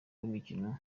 w’imikino